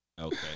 Okay